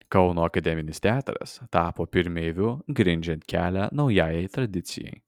kauno akademinis teatras tapo pirmeiviu grindžiant kelią naujajai tradicijai